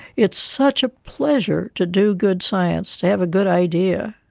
it's such a pleasure to do good science, to have a good idea.